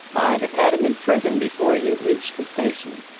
i'd have had him in prison before you'd reached the station.